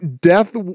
death